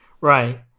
right